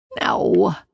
No